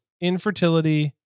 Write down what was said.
infertility